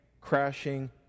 crashing